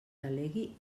delegui